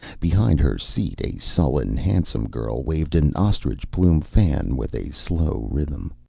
behind her seat a sullen handsome girl waved an ostrich-plume fan with a slow rhythm.